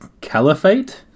caliphate